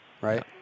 right